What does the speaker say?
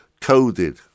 coded